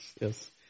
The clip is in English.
yes